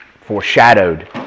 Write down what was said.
foreshadowed